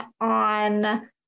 on